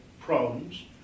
problems